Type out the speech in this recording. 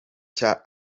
cya